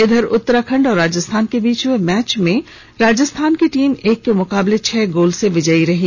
इधर उत्तराखंड और राजस्थान के बीच हुए मैच में राजस्थान की टीम एक के मुकाबले छह गोल से विजयी रही